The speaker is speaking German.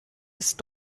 ist